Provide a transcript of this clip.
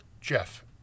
Jeff